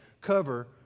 cover